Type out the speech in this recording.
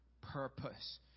purpose